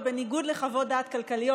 ובניגוד לחוות דעת כלכליות,